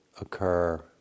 occur